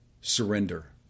surrender